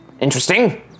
interesting